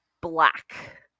black